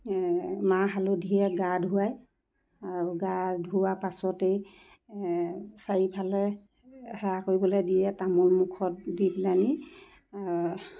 মাহ হালধিয়ে গা ধুৱায় আৰু গা ধুওৱা পাছতেই চাৰিফালে সেৱা কৰিবলৈ দিয়ে তামোল মুখত দি পেলানি